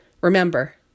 Remember